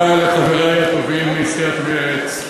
תודה לחברי הטובים מסיעת מרצ.